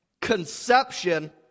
Conception